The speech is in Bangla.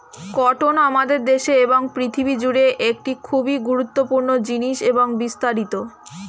কটন আমাদের দেশে এবং পৃথিবী জুড়ে একটি খুবই গুরুত্বপূর্ণ জিনিস এবং বিস্তারিত